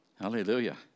hallelujah